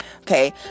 Okay